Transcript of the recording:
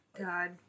God